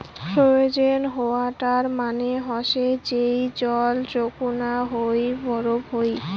frozen water মানে হসে যেই জল চৌকুনা হই বরফ হই